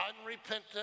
unrepentant